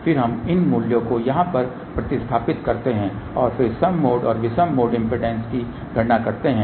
फिर हम इन मूल्यों को यहाँ पर प्रतिस्थापित करते हैं और फिर सम मोड और विषम मोड इम्पीडेन्सेस की गणना करते हैं